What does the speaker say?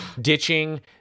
ditching